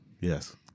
yes